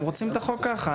הם רוצים את החוק ככה.